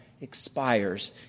expires